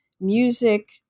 music